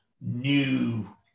new